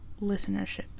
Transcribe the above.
listenership